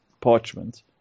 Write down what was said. parchment